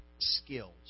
skills